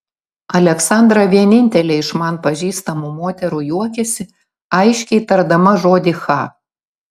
aleksandra vienintelė iš man pažįstamų moterų juokiasi aiškiai tardama žodį cha